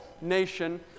nation